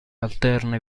alterne